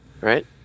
Right